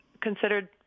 considered